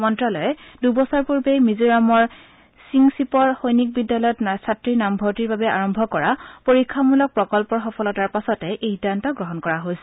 মন্তালয়ে দুবছৰ পূৰ্বে মিজোৰামৰ ছিংছিপৰ সৈনিক বিদ্যালয়ত ছাত্ৰীৰ নামভৰ্ত্তিৰ বাবে আৰম্ভ কৰা পৰীক্ষামূলক প্ৰকল্পৰ সফলতাৰ পাছতে এই সিদ্ধান্ত গ্ৰহণ কৰা হৈছে